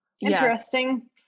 interesting